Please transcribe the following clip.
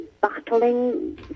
battling